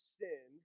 sin